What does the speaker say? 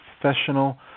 professional